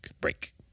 break